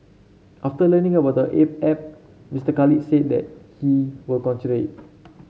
after learning about the app Mister Khalid said that he will consider it